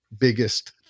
biggest